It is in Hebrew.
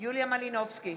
יוליה מלינובסקי,